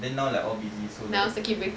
then now like all busy so like